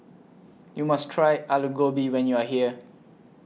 YOU must Try Alu Gobi when YOU Are here